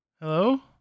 hello